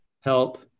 help